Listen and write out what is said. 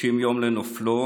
30 יום לנופלו,